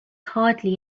hardly